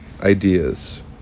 ideas